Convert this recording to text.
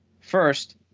First